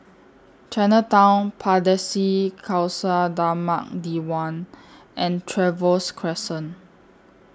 Chinatown Pardesi Khalsa Dharmak Diwan and Trevose Crescent